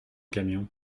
camion